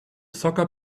soccer